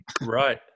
Right